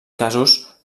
casos